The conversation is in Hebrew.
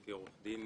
עורכי דין